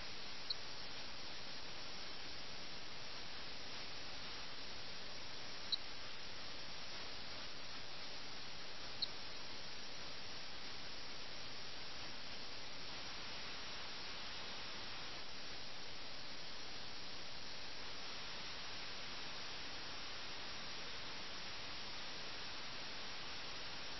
നഗരത്തിൽ നിന്ന് രാജ്യത്തേക്കുള്ള ഈ ചലനം വളരെ രസകരമാണ് കാരണം നിങ്ങൾ കഥ ഓർക്കുന്നുണ്ടെങ്കിൽ നേരത്തെ സമ്പത്ത് രാജ്യത്ത് നിന്ന് നഗരത്തിലേക്ക് കൊണ്ടുപോയി അത് ധനകാര്യം പാചകരീതി മറ്റ് കാര്യങ്ങൾ എന്നിവയുമായി ബന്ധപ്പെട്ട് ഉൽപാദനക്ഷമമല്ലാത്ത കാര്യങ്ങൾക്കായി ചെലവഴിച്ചു